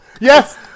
Yes